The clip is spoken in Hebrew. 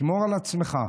שמור על עצמך.